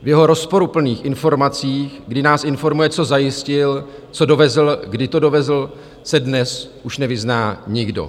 V jeho rozporuplných informacích, kdy nás informuje, co zajistil, co dovezl, kdy to dovezl, se dnes už nevyzná nikdo.